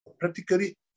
Practically